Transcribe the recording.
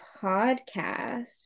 podcast